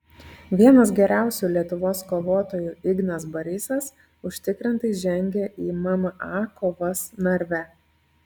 vienas geriausių lietuvos kovotojų ignas barysas užtikrintai žengė į mma kovas narve